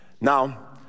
Now